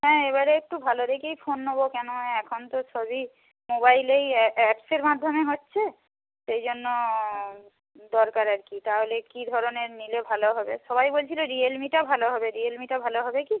হ্যাঁ এবারে একটু ভালো দেখেই ফোন নেব কেন এখন তো সবই মোবাইলেই অ্যাপসের মাধ্যমে হচ্ছে সেই জন্য দরকার আর কি তাহলে কী ধরনের নিলে ভালো হবে সবাই বলছিল রিয়েলমিটা ভালো হবে রিয়েলমিটা ভালো হবে কি